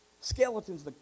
skeletons